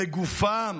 אותה.